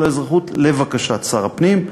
לבקשת שר הפנים,